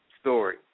story